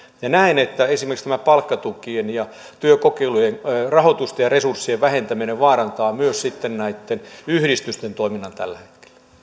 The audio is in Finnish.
näen että esimerkiksi tämä palkkatukien ja työkokeilujen rahoituksen ja resurssien vähentäminen vaarantaa sitten myös näitten yhdistysten toiminnan tällä